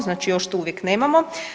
Znači još to uvijek nemamo.